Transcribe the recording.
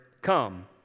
come